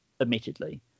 Admittedly